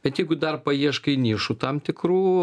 bet jeigu dar paieškai nišų tam tikrų